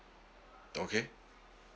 okay